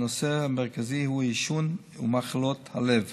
והשנה הנושא המרכזי הוא עישון ומחלות הלב.